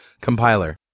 compiler